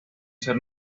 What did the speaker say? ser